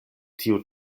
tio